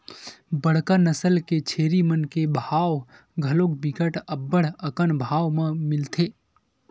बड़का नसल के छेरी मन के भाव घलोक बिकट अब्बड़ अकन भाव म मिलथे